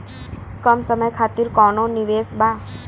कम समय खातिर कौनो निवेश बा?